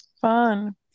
fun